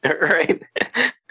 right